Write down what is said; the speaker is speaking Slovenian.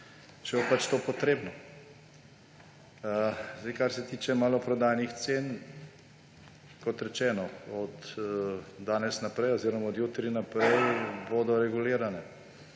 če bo pač to potrebno. Kar se tiče maloprodajnih cen, kot rečeno, od danes naprej oziroma od jutri naprej bodo regulirane,